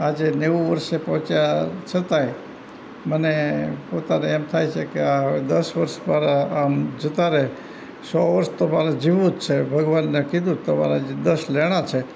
આજે નેવું વરસે પહોંચ્યા છતાંય મને પોતાને એમ થાય છે કે આ હવે દસ વર્ષ મારા આમ જતા રહે સો વર્ષ તો મારે જીવવું જ છે ભગવાનને કીધું છે તમારા હજી દસ લેણાં છે